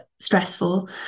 stressful